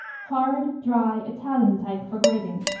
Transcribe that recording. hard, dry, italian type for grating.